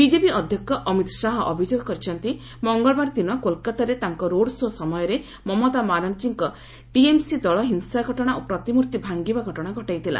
BJP ଅଧ୍ୟକ୍ଷ ଅମିତ ଶାହା ଅଭିଯୋଗ କରିଛନ୍ତି ମଙ୍ଗଳବାର ଦିନ କୋଲକାତାରେ ତାଙ୍କ ରୋଡ୍ଶୋ ସମୟରେ ମମତା ବାନାର୍ଜୀଙ୍କ ଟିଏମ୍ସି ଦଳ ହିଂସା ଘଟଣା ଓ ପ୍ରତିମ୍ଭର୍ତ୍ତି ଭାଙ୍ଗିବା ଘଟଣା ଘଟାଇଥିଲା